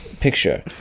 picture